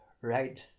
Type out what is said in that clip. right